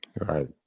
Right